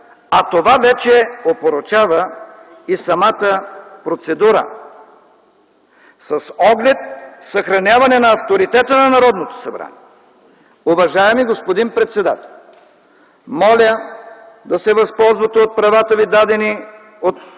а това вече опорочава и самата процедура. С оглед съхраняване на авторитета на Народното събрание, уважаеми господин председател, моля да се възползвате от правата Ви, дадени от